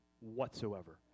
whatsoever